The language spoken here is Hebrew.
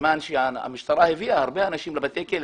סימן שהמשטרה הביאה הרבה אנשים לבתי כלא